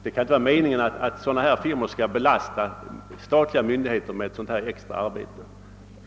Det kan inte vara meningen att en firma skall få belasta statliga myndigheter med ett sådant extra arbete.